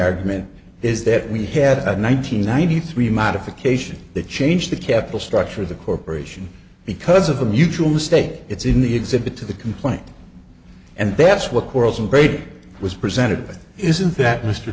argument is that we had a one nine hundred ninety three modification that changed the capital structure of the corporation because of a mutual mistake it's in the exhibit to the complaint and that's what corals and great was presented isn't that mr